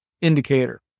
indicator